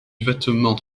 vêtement